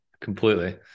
Completely